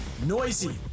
Noisy